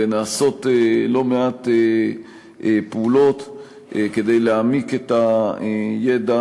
ונעשות לא מעט פעולות כדי להעמיק את הידע